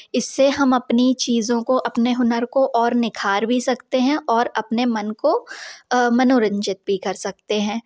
इससे हम अपनी चीज़ों को अपने हुनर को और निखार भी सकते हैं और अपने मन को मनोरंजित भी कर सकते हैं